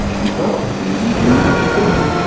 and so we can even be specific.